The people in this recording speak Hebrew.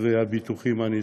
והביטוח הנדרש.